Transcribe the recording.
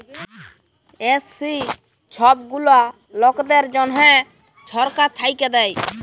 SC ছব গুলা লকদের জ্যনহে ছরকার থ্যাইকে দেয়